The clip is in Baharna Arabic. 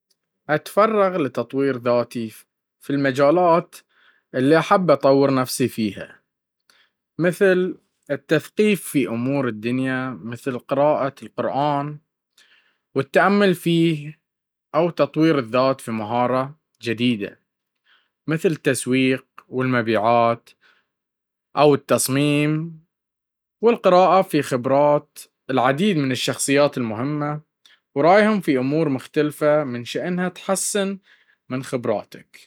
أتفرغ لتطوير ذاتي في المجالات اللي احب اطور نفسي فيها مثل التثقيف في أمور الدنيا مثل قراءة القرأن والتأمل فيه أو تطوير الذات في مهارة جديدة مثل التسويق والمبيعات أو التصميم والقراءة في خبرات العديد من الشخصيات المهمة ورايهم في أمور مختلفة من شأنها أتحسن من خبراتك.